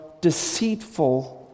deceitful